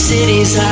Cities